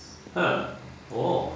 ha oh